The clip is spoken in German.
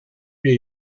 wir